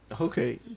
okay